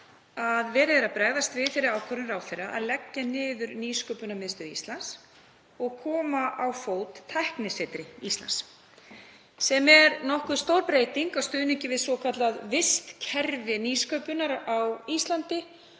að verið er að bregðast við þeirri ákvörðun ráðherra að leggja niður Nýsköpunarmiðstöð Íslands og koma á fót Tæknisetri Íslands, sem er nokkuð stór breyting á stuðningi við svokallað vistkerfi nýsköpunar á Íslandi,